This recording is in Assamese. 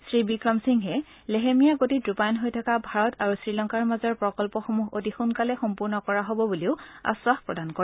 শ্ৰী বিক্ৰমসিংঘে লেহেমীয়া গতিত ৰূপায়ণ হৈ থকা ভাৰত আৰু শ্ৰীলংকাৰ মাজৰ প্ৰকল্পসমূহ অতি সোনকালে সম্পূৰ্ণ কৰা হব বুলিও আধাস প্ৰদান কৰে